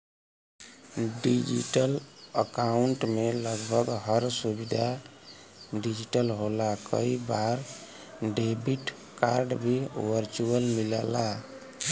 digital account में लगभग हर सुविधा डिजिटल होला कई बार डेबिट कार्ड भी वर्चुअल मिलला